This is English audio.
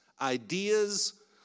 ideas